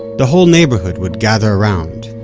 the whole neighborhood would gather around